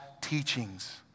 teachings